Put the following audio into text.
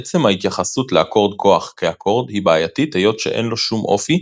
עצם ההתייחסות לאקורד כוח כאקורד היא בעייתית היות שאין לו שום אופי,